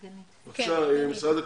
בבקשה, משרד הקליטה.